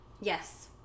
Yes